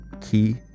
key